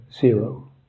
zero